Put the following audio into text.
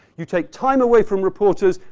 you take time away from reporters.